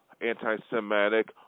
anti-Semitic